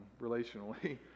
relationally